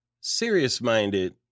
serious-minded